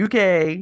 UK